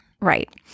Right